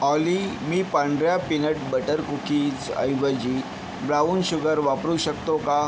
ऑली मी पांढऱ्या peanut butter कुकीजऐवजी ब्राऊन शुगर वापरू शकतो का